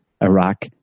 Iraq